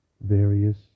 various